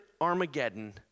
Armageddon